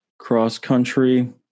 cross-country